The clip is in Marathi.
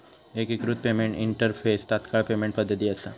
एकिकृत पेमेंट इंटरफेस तात्काळ पेमेंट पद्धती असा